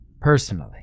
personally